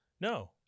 No